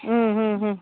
ಹ್ಞೂ ಹ್ಞೂ ಹ್ಞೂ